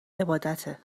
عبادته